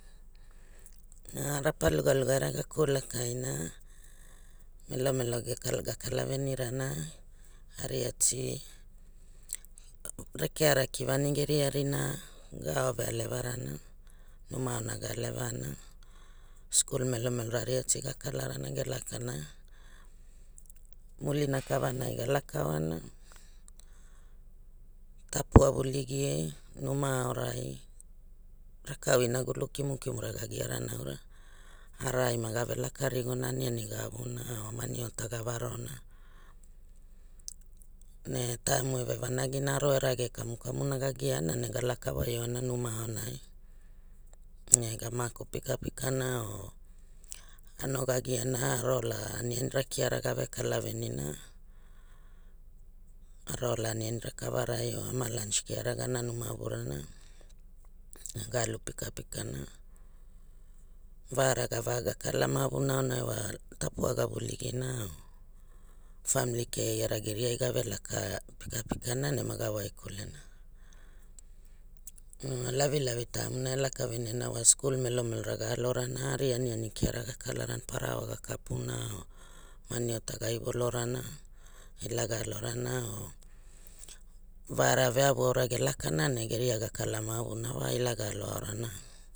Na rapa lugalugara ga kulakai na melomelo ge kal ga kalaveni rana aria tea rekeara kivani geria rina ga ao vealeva rana nama aona ga alevana skul melomelo avaria te ga kala rana ge lakana mulina kavanai ga laka oana tpua vuligi ria aorai rakau inagulu kimkimu ga ga rana aura ara ai mak gave la rigona aniani ga gavuna or maniota ga varona ne toimo eve vanagina aro eve raga kamukamu na ga giana nega laka wai aora numa aorai ga mako pikapikana or ano ga giana aro ola aniani kiara gave kalavenina aro ola aniani kavana or gema lunch kiara ga nanura avurana e ga alu pikapika, va ara gavaga kala ma alu na aunai wa tapua ga vuligi na or famili kei geria gave pikapikane ne maga waikule na lavilavi taim na e laka veniana wa skl melomelo ra ga alo rana ari anianikiana ga kalarana parawa ga kapuna or maniota ga ivolora ila ga alorana or va ara veavu wara ge lakana ne geria ga kala ma avu na wa ila ga alo aorana.